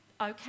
okay